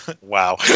wow